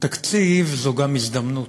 תקציב הוא גם הזדמנות,